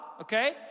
okay